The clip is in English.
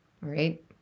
right